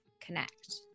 connect